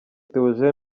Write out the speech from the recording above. theogene